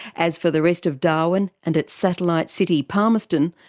as for the rest of darwin and its satellite city palmerston,